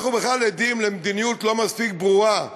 אנחנו בכלל עדים למדיניות לא מספיק ברורה,